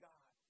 God